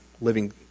living